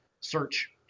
search